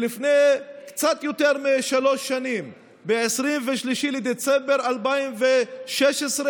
שלפני קצת יותר משלוש שנים, ב-23 בדצמבר 2016,